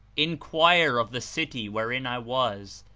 inquire of the city wherein i was,